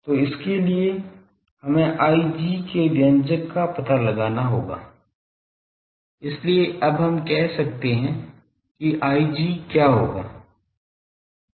तो इसके लिए हमें Ig के व्यंजक का पता लगाना होगा इसलिए अब हम कह सकते हैं कि Ig क्या होगा